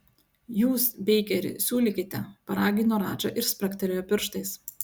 jūs beikeri siūlykite paragino radža ir spragtelėjo pirštais